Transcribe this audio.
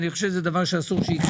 אני חושב שזה דבר שאסור שיקרה.